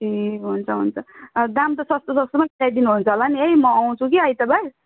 ए हुन्छ हुन्छ दाम त सस्तो सस्तोमा मिलाइदिनुहुन्छ होला नि है म आउँछु कि आइतवार